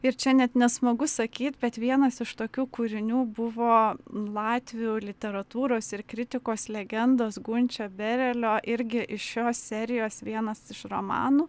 ir čia net nesmagu sakyt bet vienas iš tokių kūrinių buvo latvių literatūros ir kritikos legendos gunčio berelio irgi iš šios serijos vienas iš romanų